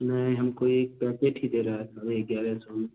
नय हमको एक पैकेट ही दे रहा साढ़े एग्यारह सौ में